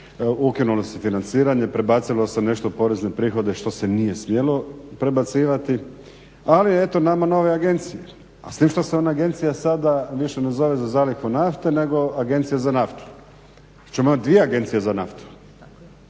ukinuli se financiranje, prebacilo se nešto porezne prihode što se nije smjelo prebacivati, ali eto nama nove agencije. A s time što se ona agencija sada više ne zove za zalihu nafte nego agencija za naftu. Pa ćemo imati dvije agencije za naftu,